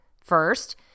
First